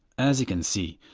as you can see,